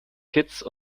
kitts